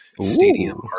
Stadium